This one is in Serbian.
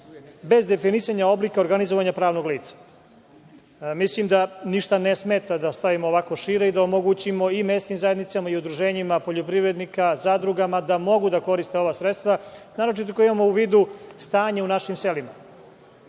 bez definisanja oblika organizovanja pravnog lica. Mislim da niša ne smeta da stavimo ovako šire i da omogućimo i mesnim zajednicama i udruženjima poljoprivrednika, zadrugama da mogu da koriste ova sredstva, naročito kada imamo u vidu stanje u našim selima,